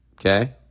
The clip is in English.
Okay